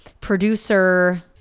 producer